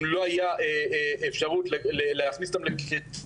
אם לא היה אפשרות להכניס אותם לקריטריונים